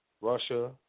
Russia